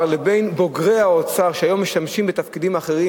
לבין בוגרי האוצר שהיום משמשים בתפקידים אחרים,